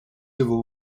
civil